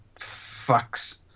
fucks